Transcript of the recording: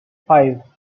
five